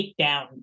takedown